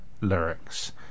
lyrics